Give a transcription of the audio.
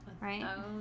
right